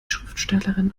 schriftstellerin